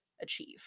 achieve